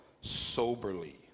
soberly